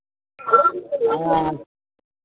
हँ